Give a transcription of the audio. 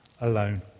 alone